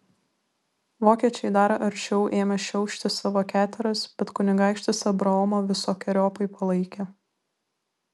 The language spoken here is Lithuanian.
vokiečiai dar aršiau ėmė šiaušti savo keteras bet kunigaikštis abraomą visokeriopai palaikė